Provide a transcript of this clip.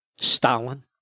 Stalin